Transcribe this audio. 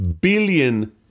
billion